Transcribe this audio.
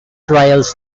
trials